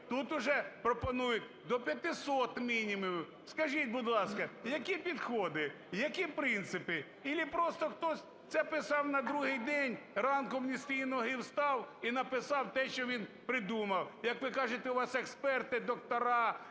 Тут уже пропонують до 500 мінімумів. Скажіть, будь ласка, які підходи, які принцип? Або просто хтось це писав на другий день, ранком не з тої ноги встав і написав те, що він придумав. Як ви кажете, у вас експерти, доктори